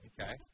Okay